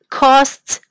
costs